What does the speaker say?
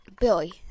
Billy